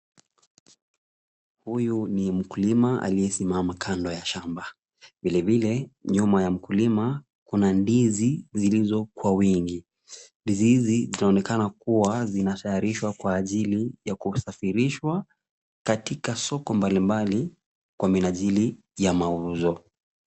Huyu ni mkulima aliyesimama kando ya shamba. Vilevile nyuma ya mkulima kuna ndizi zilizo kwa wingi. Ndizi hizi zinaonekana kuwa zinatayarishwa kwa ajili ya kusafirishwa katika soko mbalimbali kwa minajili ya mauzo.